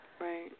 right